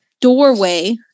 doorway